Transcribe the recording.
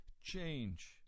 change